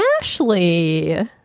Ashley